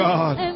God